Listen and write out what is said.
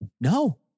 no